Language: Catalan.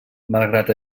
malgrat